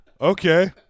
Okay